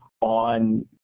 on